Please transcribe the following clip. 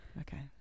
Okay